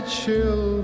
chill